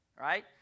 right